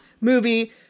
movie